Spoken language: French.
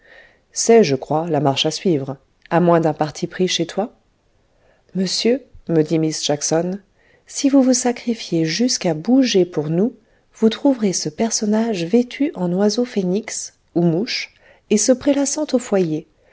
c'est je crois la marche à suivre à moins d'un parti pris chez toi monsieur me dit miss jackson si vous vous sacrifiez jusqu'à bouger pour nous vous trouverez ce personnage vêtu en oiseau phénix ou mouche et se prélassant au foyer